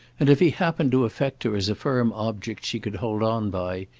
and if he happened to affect her as a firm object she could hold on by,